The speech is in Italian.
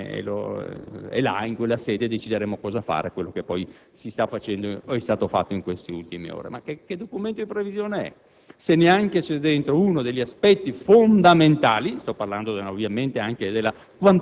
l'accordo con le forze sindacali sarà quello che andrà bene, e là, in quella sede, si deciderà cosa fare, vale a dire quello che poi è stato fatto in queste ultime ore. Che documento di previsione è